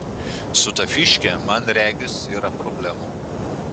su ta fyške man regis yra problemų